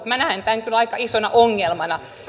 minä näen tämän kyllä aika isona ongelmana